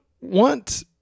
want